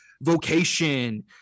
vocation